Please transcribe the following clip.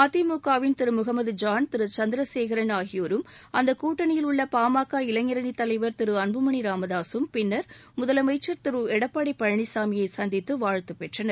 அதிமுகவின் Thiru A Mohammed John Thiru N Chandrasekaran ஆகியோரும் அந்தக் கூட்டணியில் உள்ள பாமக இளைஞரணித் தலைவர் திரு அன்புமனி ராமதாகம் பின்னர் முதலமைச்சர் திரு எடப்பாடி பழனிசாமியை சந்தித்து வாழ்த்துப் பெற்றனர்